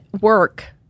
work